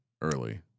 early